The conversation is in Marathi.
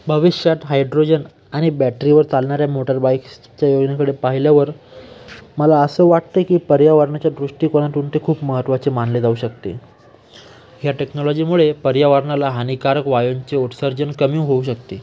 भविष्यात हायड्रोजन आणि बॅटरीवर चालणाऱ्या मोटार बाईक्सच्या योजनेकडे पाहिल्यावर मला असं वाटतं की पर्यावरणाच्या दृष्टिकोनातून ते खूप महत्त्वाचे मानले जाऊ शकते ह्या टेक्नॉलॉजीमुळे पर्यावरणाला हानिकारक वायूंचे उत्सर्जन कमी होऊ शकते